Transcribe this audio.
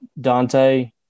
Dante